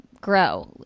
grow